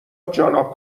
جانا